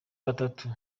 batatu